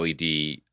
LED